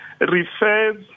refers